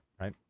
right